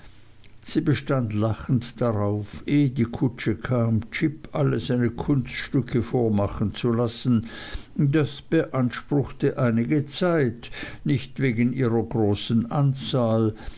sie bestand lachend darauf ehe die kutsche kam jip alle seine kunststücke vormachen zu lassen das beanspruchte einige zeit nicht wegen ihrer großen anzahl